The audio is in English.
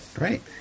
Right